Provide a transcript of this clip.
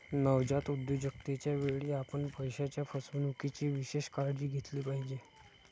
नवजात उद्योजकतेच्या वेळी, आपण पैशाच्या फसवणुकीची विशेष काळजी घेतली पाहिजे